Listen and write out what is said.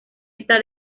esta